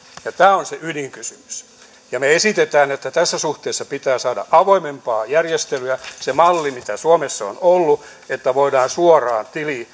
ja tämä on se ydinkysymys me esitämme että tässä suhteessa pitää saada avoimempaa järjestelyä se malli mitä suomessa on ollut että voidaan suoraan tilijärjestelyjen